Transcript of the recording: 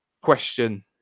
question